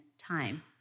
time